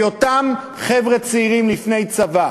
כי אותם חבר'ה צעירים לפני צבא,